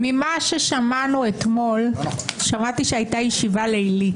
שמעתי שהייתה ישיבה לילית אתמול,